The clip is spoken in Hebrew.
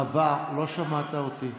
לא שמעת אותי.